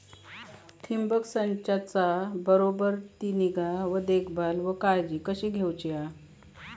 ठिबक संचाचा बराबर ती निगा व देखभाल व काळजी कशी घेऊची हा?